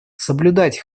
соблюдать